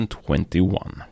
2021